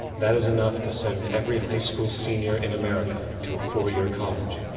that is enough to send every high school senior in america to a four year college.